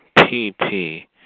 P-P